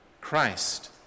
Christ